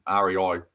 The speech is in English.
REI